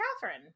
Catherine